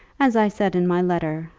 as i said in my letter,